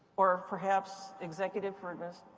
or perhaps executive for and